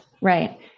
Right